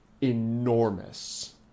enormous